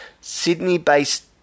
Sydney-based